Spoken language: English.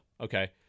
Okay